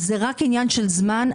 הפרעות הבאות זה רק עניין של זמן.